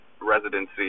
residency